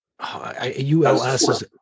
ULS